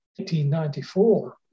1894